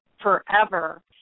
forever